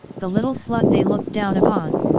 the little slut they looked down upon,